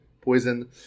poison